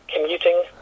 commuting